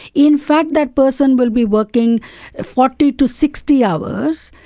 in fact that person will be working forty to sixty hours.